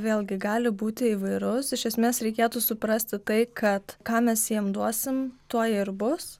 vėlgi gali būti įvairus iš esmės reikėtų suprasti tai kad ką mes jiem duosim tuo jie ir bus